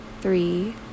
three